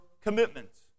commitments